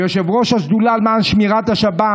כיושב-ראש השדולה למען שמירת השבת,